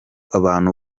abantu